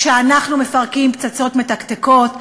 כשאנחנו מפרקים פצצות מתקתקות,